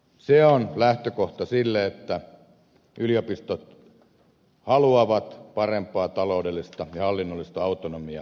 se on lähtökohta sille että yliopistot haluavat parempaa taloudellista ja hallinnollista autonomiaa